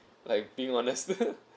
like being honest